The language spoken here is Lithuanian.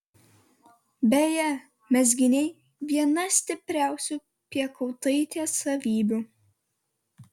beje mezginiai viena stipriausių piekautaitės savybių